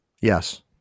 Yes